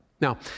Now